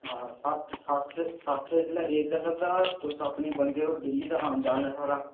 हां सट्ठ सट्ठ सट्ठ इसलै रेट चलै दा तुस अपने बंदे ओ डेह्ल्ली दा औन जान ऐ साढ़ा